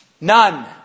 None